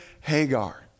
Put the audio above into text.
Hagar